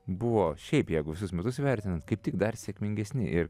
buvo šiaip jeigu visus metus įvertinant kaip tik dar sėkmingesni ir